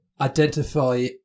identify